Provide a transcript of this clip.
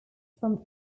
from